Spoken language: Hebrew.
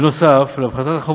נוסף על כך,